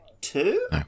Two